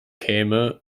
käme